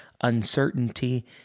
uncertainty